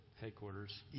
headquarters